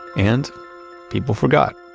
and people forgot.